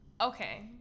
Okay